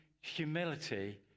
Humility